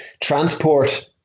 transport